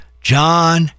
john